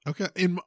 Okay